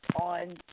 on